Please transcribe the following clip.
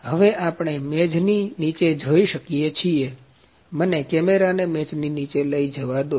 હવે આપણે મેજ ની નીચે જઈ શકીયે છીએ મને કેમેરાને મેજ ની નીચે લઇ જવા દો